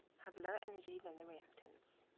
have lower energy than the reactants.